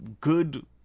good